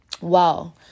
Wow